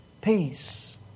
Peace